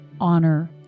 honor